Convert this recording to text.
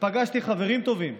ופגשתי חברים טובים,